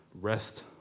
rest